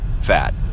fat